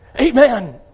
Amen